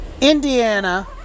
Indiana